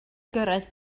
gyrraedd